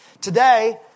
Today